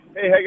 Hey